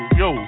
yo